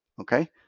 okay